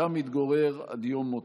שם התגורר עד יום מותו.